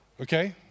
Okay